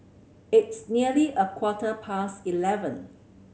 its nearly a quarter past eleven